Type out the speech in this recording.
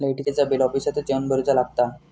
लाईटाचा बिल ऑफिसातच येवन भरुचा लागता?